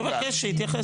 אני מבקש שיתייחס.